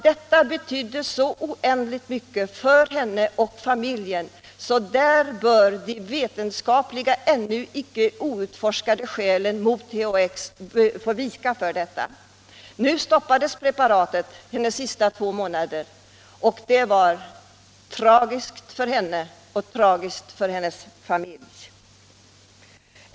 Detta betydde så oändligt mycket för henne och familjen att de vetenskapliga, ännu inte utforskade skälen mot THX bör vika. Nu stoppades preparatet under hennes sista två månader, och det var tragiskt för henne och hennes familj.